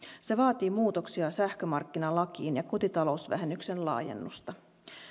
se vaatii muutoksia sähkömarkkinalakiin ja kotitalousvähennyksen laajennusta